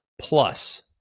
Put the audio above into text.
Plus